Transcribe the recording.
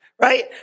right